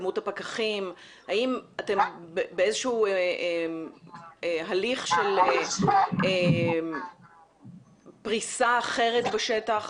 האם אתם באיזשהו הליך של פריסה אחרת בשטח